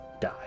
die